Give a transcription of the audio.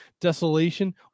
desolation